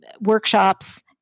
workshops